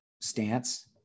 stance